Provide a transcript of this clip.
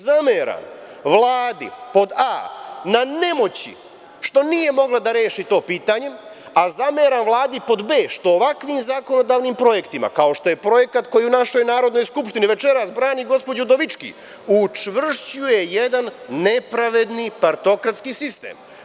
Zameram Vladi, pod A, na nemoći, što nije mogla da reši to pitanje, a zameram Vladi, pod B, što ovakvim zakonodavnim projektima, kao što je projekat koji u našoj Narodnoj skupštini večeras brani gospođa Udovički, učvršćuje jedan nepravedni partokratski sistem.